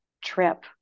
trip